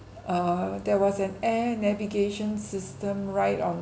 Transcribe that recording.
err there was an air navigation system right on